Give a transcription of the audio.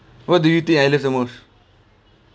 what do you think I love the most